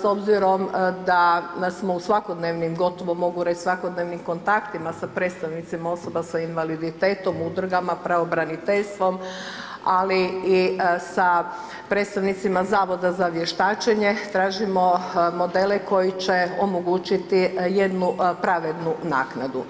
s obzirom da smo su svakodnevnim, gotovo mogu reći svakodnevnim kontaktima sa predstavnicima osoba sa invaliditetom, udrugama, pravobraniteljstvom ali i sa predstavnicima Zavoda za vještačenje, tražimo modele koji će omogućiti jednu pravednu naknadu.